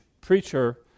preacher